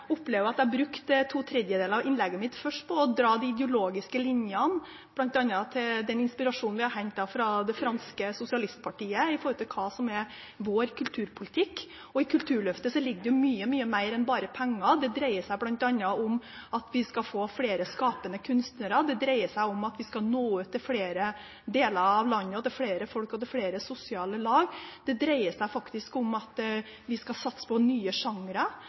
opplever at jeg brukte to tredjedeler av innlegget mitt først på å dra de ideologiske linjene, bl.a. til den inspirasjonen vi har hentet fra det franske sosialistpartiet med hensyn til hva som er vår kulturpolitikk. I Kulturløftet ligger det jo mye mer enn bare penger. Det dreier seg bl.a. om at vi skal få flere skapende kunstnere, det dreier seg om at vi skal nå ut til flere deler av landet, til flere folk og til flere sosiale lag, det dreier seg om at vi skal satse på nye